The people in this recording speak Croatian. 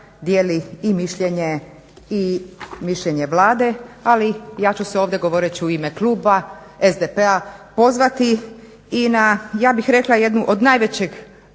dijeli i mišljenje i mišljenje Vlade ali ja ću se ovdje govoreći u ime kluba SDP-a pozvati i na ja bih rekla jednu od najvećeg